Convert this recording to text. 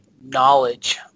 knowledge